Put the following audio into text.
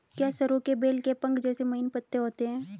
क्या सरु के बेल के पंख जैसे महीन पत्ते होते हैं?